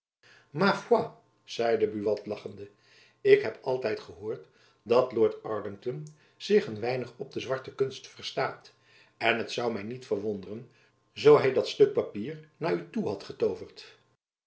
ma foi zeide buat lachende ik heb altijd gehoord dat lord arlington zich een weinig op de zwarte kunst verstaat en het zoû my niet verwonderen zoo hy dat stuk papier naar u toe had getooverd